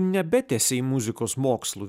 nebetęsei muzikos mokslų